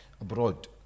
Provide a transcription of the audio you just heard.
abroad